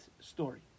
story